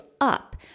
up